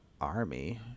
army